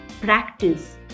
practice